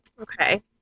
Okay